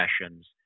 sessions